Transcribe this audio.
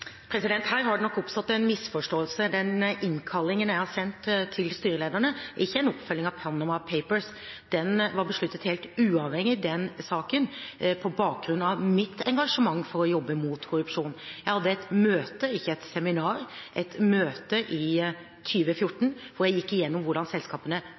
Her har det nok oppstått en misforståelse. Den innkallingen jeg har sendt til styrelederne, er ikke en oppfølging av Panama Papers. Den var besluttet helt uavhengig av den saken, på bakgrunn av mitt engasjement for å jobbe mot korrupsjon. Jeg hadde et møte – ikke et seminar – i 2014, hvor jeg gikk igjennom hvordan selskapene